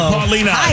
Paulina